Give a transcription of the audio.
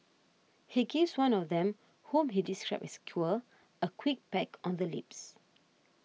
he gives one of them whom he describes as queer a quick peck on the lips